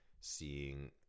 seeing